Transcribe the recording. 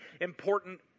important